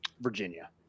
Virginia